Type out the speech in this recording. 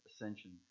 ascension